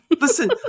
Listen